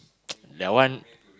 that one